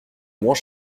moins